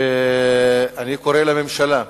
אני קורא לממשלה.